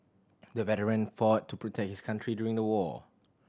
the veteran fought to protect his country during the war